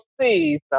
see